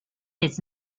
his